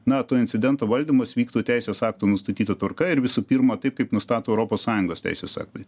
na to incidento valdymas vyktų teisės aktų nustatyta tvarka ir visų pirma taip kaip nustato europos sąjungos teisės aktai